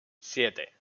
siete